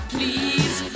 Please